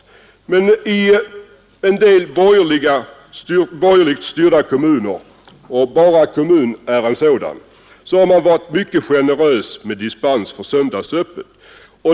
Men i en del borgerligt styrda kommuner — och Bara kommun är en sådan — har man varit mycket generös med dispens för söndagsöppet.